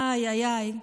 איי איי איי.